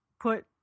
put